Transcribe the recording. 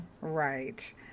Right